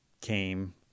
came